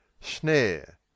Snare